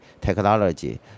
technology